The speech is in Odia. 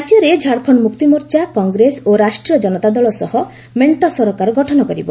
ରାଜ୍ୟରେ ଝାଡ଼ଖଣ୍ଡ ମୁକ୍ତିମୋର୍ଚ୍ଚା କଂଗ୍ରେସ ଓ ରାଷ୍ଟ୍ରୀୟ ଜନତା ଦଳ ସହ ମେଣ୍ଟ ସରକାର ଗଠନ କରିବ